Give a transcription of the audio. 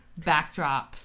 backdrops